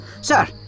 Sir